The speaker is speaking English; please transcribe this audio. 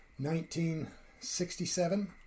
1967